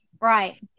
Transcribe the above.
Right